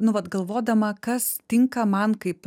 nu vat galvodama kas tinka man kaip